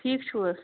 ٹھیٖک چھُو حظ